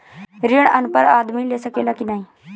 ऋण अनपढ़ आदमी ले सके ला की नाहीं?